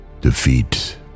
Defeat